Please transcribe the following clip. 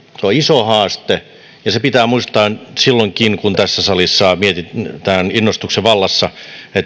on iso haaste ja se pitää muistaa silloinkin kun tässä salissa mietitään innostuksen vallassa